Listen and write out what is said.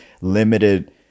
limited